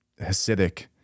Hasidic